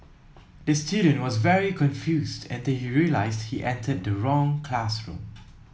the student was very confused until he realised he entered the wrong classroom